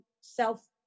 self